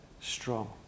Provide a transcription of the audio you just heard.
strong